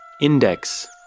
Index